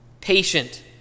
Patient